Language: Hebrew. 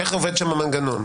איך עובד שם המנגנון.